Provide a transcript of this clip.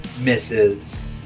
misses